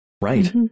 Right